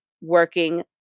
working